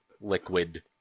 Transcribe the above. liquid